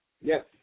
Yes